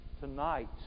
Tonight